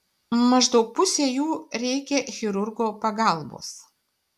maždaug pusei jų reikia chirurgo pagalbos